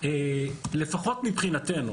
לפחות מבחינתנו.